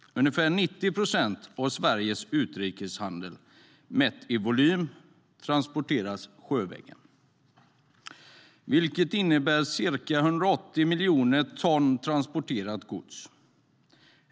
Ungefär 90 procent av Sveriges utrikeshandel, mätt i volym, transporteras sjövägen, vilket innebär ca 180 miljoner ton transporterat gods.